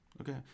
okay